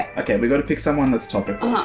ah okay, we've got to pick someone that's topical.